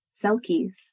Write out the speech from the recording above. selkies